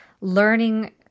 learning